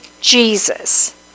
Jesus